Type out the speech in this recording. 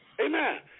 Amen